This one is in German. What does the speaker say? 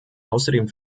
außerdem